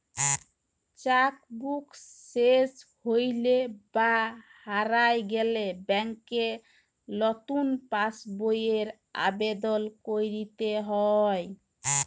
cheque book শেস হৈলে বা হারায় গেলে ব্যাংকে লতুন পাস বইয়ের আবেদল কইরতে হ্যয়